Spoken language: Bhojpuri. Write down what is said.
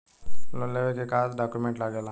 लोन लेवे के का डॉक्यूमेंट लागेला?